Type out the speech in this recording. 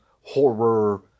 horror